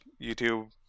YouTube